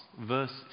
verse